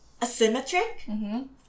asymmetric